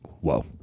whoa